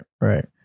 Right